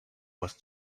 was